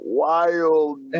wild